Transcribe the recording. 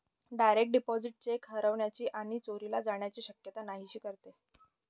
direct deposit cheque हरवण्याची आणि चोरीला जाण्याची शक्यता नाहीशी करते